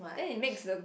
then it makes the